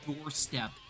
doorstep